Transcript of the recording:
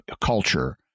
culture